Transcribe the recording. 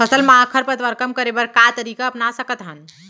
फसल मा खरपतवार कम करे बर का तरीका अपना सकत हन?